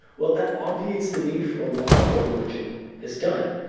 well, that obviates the need for a lot of what religion has done.